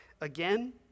again